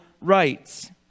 rights